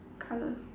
colour